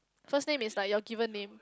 first name is like your given name